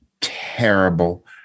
terrible